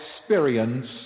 experience